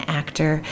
actor